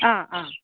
ആ ആ